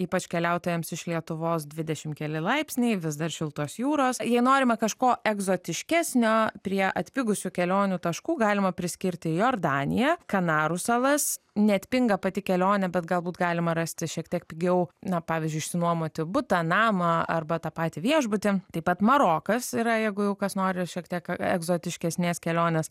ypač keliautojams iš lietuvos dvidešimt keli laipsniai vis dar šiltos jūros jei norima kažko egzotiškesnio prie atpigusių kelionių taškų galima priskirti jordaniją kanarų salas neatpinga pati kelionė bet galbūt galima rasti šiek tiek pigiau na pavyzdžiui išsinuomoti butą namą arba tą patį viešbutį taip pat marokas yra jeigu jau kas nori šiek tiek egzotiškesnės kelionės